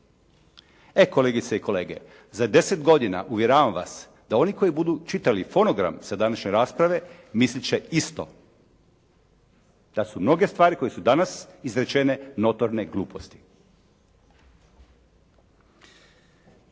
Kolegice i kolege, za deset godina uvjeravam vas da oni koji budu čitali fonogram sa današnje rasprave mislit će isto, da su mnoge stvari koje su danas izrečene notorne gluposti.